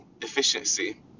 efficiency